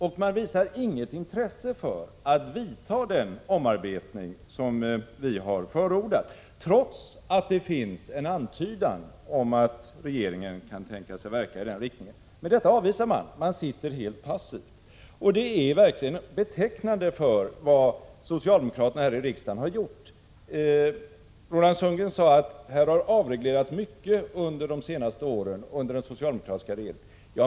De visar inget intresse för att vidta den omarbetning som vi har förordat — trots att det finns en antydan om att regeringen kan tänka sig verka i den riktningen. Detta avvisar man och sitter helt passiv. Det är verkligen betecknande för vad socialdemokraterna här i riksdagen har gjort. Roland Sundgren sade att här har avreglerats mycket under de senaste åren, under den socialdemokratiska regeringen.